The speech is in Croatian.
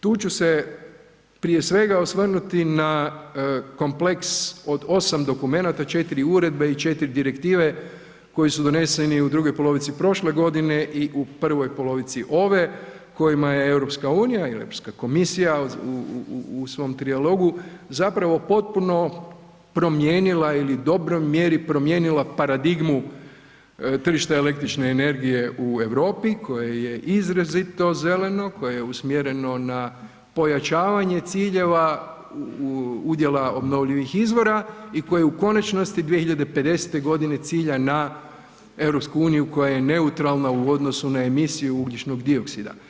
Tu ću se prije svega osvrnuti na kompleks od 8 dokumenata, 4 uredbe i 4 direktive koji su doneseni u drugoj polovici prošle godine i u prvoj polovici ove kojima je EU i Europska komisija u svom trijalogu zapravo potpuno promijenila ili u dobroj mjeri promijenila paradigmu tržišta električne energije u Europi koje je izrazito zeleno, koje je usmjereno na pojačavanje ciljeva udjela obnovljivih izvora i koje u konačnosti 2050. g. cilja na EU koja je neutralna u odnosu na emisiju ugljičnog dioksida.